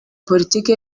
politiki